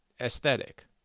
aesthetic